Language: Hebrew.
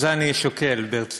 את זה אני שוקל ברצינות.